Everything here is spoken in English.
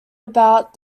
about